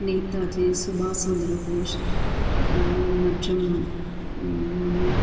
நேதாஜி சுபாஷ் சந்ர போஷ் மற்றும்